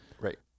Right